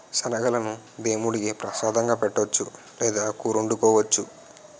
శనగలను దేముడికి ప్రసాదంగా పెట్టొచ్చు లేదా కూరొండుకోవచ్చు